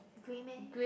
grey meh